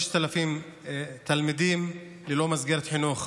5,000 תלמידים ללא מסגרת חינוך.